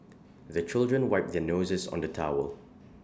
the children wipe their noses on the towel